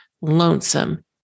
lonesome